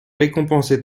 récompensé